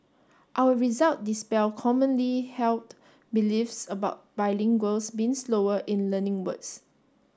our result dispel commonly held beliefs about bilinguals being slower in learning words